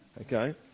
okay